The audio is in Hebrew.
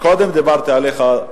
קודם דיברתי עליך,